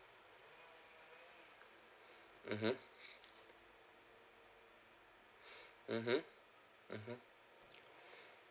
mmhmm mmhmm mmhmm